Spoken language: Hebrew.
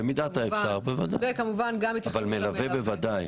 במידת האפשר בוודאי, אבל מלווה בוודאי.